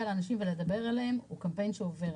לאנשים ולדבר אליהם הוא קמפיין שעובר.